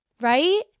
right